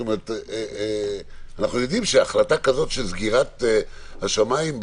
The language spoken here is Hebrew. אנחנו יודעים שהחלטה כזאת על סגירת השמיים,